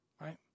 right